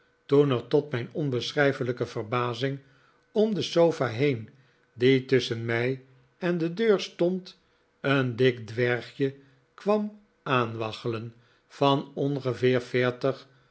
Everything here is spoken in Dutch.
toen er tot mijn onbeschrijfelijke verbazing om de sofa heen die tusschen mij en de deur stond een dik dwergje kwam aanwaggelen van ongeveer